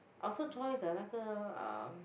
I also join the 那个 um